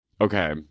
okay